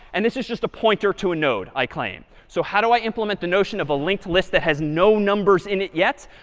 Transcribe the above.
and this is just a pointer to a node, i claim. so how do i implement the notion of a linked list that has no numbers in it yet?